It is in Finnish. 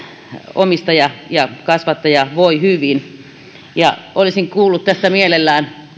omistaja ja kasvattaja voivat hyvin olisin kuullut mielelläni